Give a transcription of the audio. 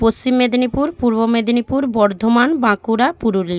Paschim Medinipur Purba Medinipur Bardhaman Bankura Purulia